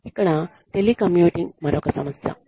ఇక్కడ టెలికమ్యుటింగ్ మరొక సమస్య